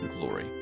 glory